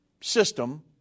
system